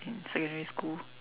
in secondary school